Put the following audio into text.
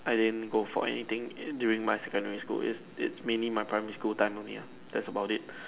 I didn't go for anything in during my secondary school it's it mainly my primary school time only lah that's about it